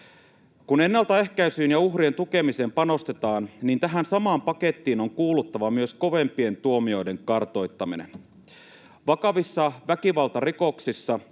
Kun ennaltaehkäisyyn ja uhrien tukemiseen panostetaan, niin tähän samaan pakettiin on kuuluttava myös kovempien tuomioiden kartoittaminen. Vakavissa väkivaltarikoksissa